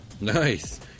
Nice